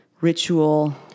ritual